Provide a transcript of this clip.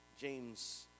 James